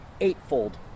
eightfold